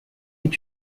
est